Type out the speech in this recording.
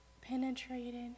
penetrated